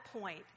point